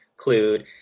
include